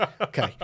Okay